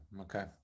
Okay